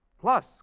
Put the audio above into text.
plus